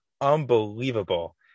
unbelievable